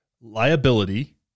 liability